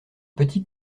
petit